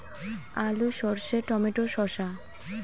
আলু সর্ষে টমেটো শসা